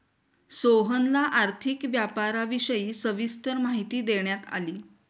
सोहनला आर्थिक व्यापाराविषयी सविस्तर माहिती देण्यात आली